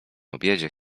obiedzie